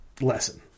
Lesson